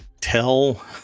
tell